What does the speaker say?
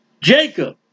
Jacob